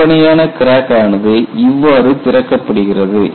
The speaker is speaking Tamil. கற்பனையான கிராக் ஆனது இவ்வாறு திறக்கப்படுகிறது